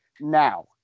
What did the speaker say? Now